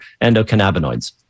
endocannabinoids